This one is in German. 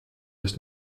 ist